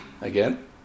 again